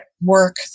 work